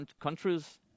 countries